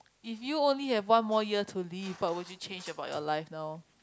if you only have one more year to live what would you change about your life now